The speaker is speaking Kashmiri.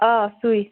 آ سُے